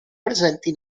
presenti